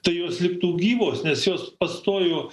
tai jos liktų gyvos nes jos pastojo